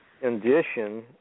condition